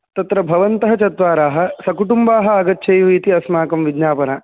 तत्र भवन्तः चत्वारः सकुटुम्बः आगच्छेयुः इति अस्माकं विज्ञापना